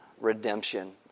redemption